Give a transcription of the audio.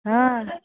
ହଁ